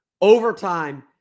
overtime